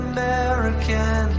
American